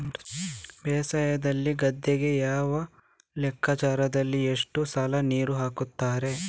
ಬೇಸಾಯದಲ್ಲಿ ಗದ್ದೆಗೆ ಯಾವ ಲೆಕ್ಕಾಚಾರದಲ್ಲಿ ಎಷ್ಟು ಸಲ ನೀರು ಹಾಕ್ತರೆ?